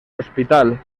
hospital